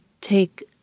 take